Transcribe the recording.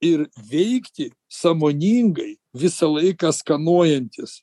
ir veikti sąmoningai visą laiką skanuojantis